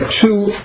two